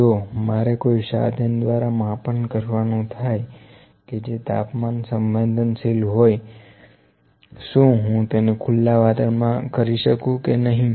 જો મારે કોઈ સાધન દ્વારા માપન કરવાનું થાય કે જે તાપમાન સંવેદનશીલ હોય શું હું તેને ખુલ્લા વાતાવરણમાં કરી શકું કે નહિ